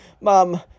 Mom